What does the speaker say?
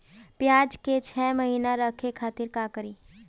प्याज के छह महीना रखे खातिर का करी?